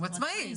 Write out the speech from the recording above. הוא עצמאי.